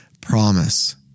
promise